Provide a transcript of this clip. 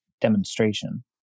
demonstration